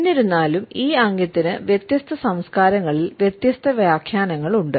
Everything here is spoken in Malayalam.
എന്നിരുന്നാലും ഈ ആംഗ്യത്തിന് വ്യത്യസ്ത സംസ്കാരങ്ങളിൽ വ്യത്യസ്ത വ്യാഖ്യാനങ്ങളുണ്ട്